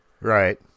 Right